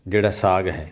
ਜਿਹੜਾ ਸਾਗ ਹੈ